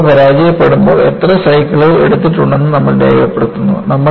മാതൃക പരാജയപ്പെടുമ്പോൾ എത്ര സൈക്കിളുകൾ എടുത്തിട്ടുണ്ടെന്ന് നമ്മൾ രേഖപ്പെടുത്തുന്നു